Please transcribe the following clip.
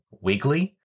wiggly